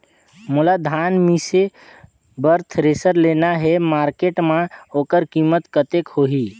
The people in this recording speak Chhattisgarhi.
मोला धान मिसे बर थ्रेसर लेना हे मार्केट मां होकर कीमत कतेक होही?